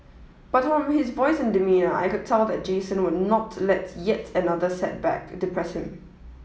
but from his voice and demeanour I could tell that Jason would not let yet another setback depress him